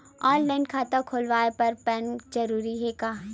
Online खाता खुलवाय बर पैन जरूरी हे का?